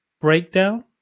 breakdown